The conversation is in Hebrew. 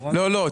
לא,